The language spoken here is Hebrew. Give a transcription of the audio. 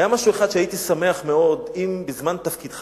היה משהו שהייתי שמח מאוד אם בזמן תפקידך